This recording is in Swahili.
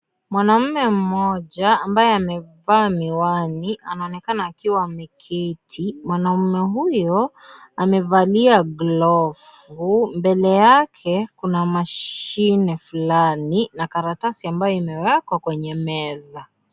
Mwanamme mmoja ambaye amevaa miwani, anaonekana akiwa ameketi. Mwanamme huyo, amevalia glovu, mbele yake kuna machine fulani na karatasi ambayo imewekwa kwenye meza.